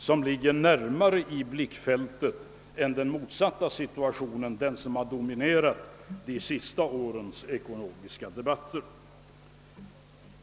Detta ligger närmare i blickfältet än den motsatta situationen, som dominerat de senaste årens ekonomiska debatter.